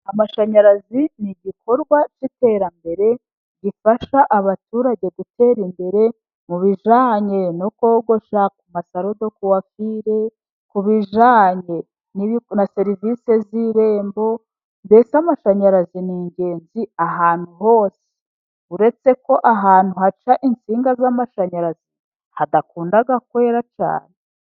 Amashanyarazi ni igikorwa cy'iterambere gifasha abaturage gutera imbere mu bijyanye no kogosha ku masalo de kwafire, ku bijyanye na serivisi z'irembo, mbese amashanyarazi ni ingenzi ahantu hose. Uretse ko ahantu haca intsinga z'amashanyarazi hadakunda kwera cyane.